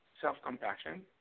self-compassion